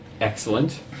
Excellent